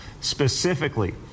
specifically